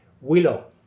Willow